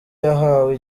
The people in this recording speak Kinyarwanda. yahawe